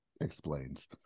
explains